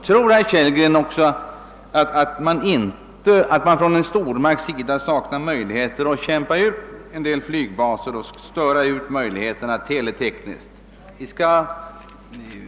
Tror herr Kellgren att en stormakt saknar möjligheter att slå ut en del flygbaser och teletekniskt störa ut en del av de tekniska finesserna?